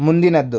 ಮುಂದಿನದ್ದು